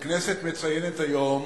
הכנסת מציינת היום